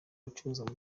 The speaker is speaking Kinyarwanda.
gucuruzwa